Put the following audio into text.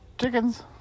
chickens